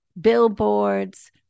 billboards